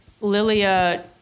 Lilia